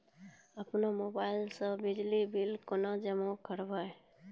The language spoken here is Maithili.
अपनो मोबाइल से बिजली बिल केना जमा करभै?